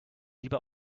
lieber